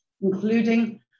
including